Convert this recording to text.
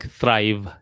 thrive